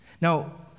Now